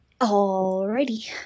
Alrighty